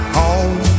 home